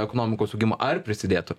ekonomikos augimo ar prisidėtų